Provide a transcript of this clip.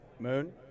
Moon